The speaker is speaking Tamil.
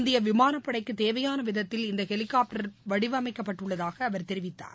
இந்திய விமானப்படைக்கு தேவையான விதத்தில் இந்த ஹெலிகாப்டர் வடிவமைக்கப்பட்டுள்ளதாக அவர் தெரிவித்தார்